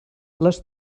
les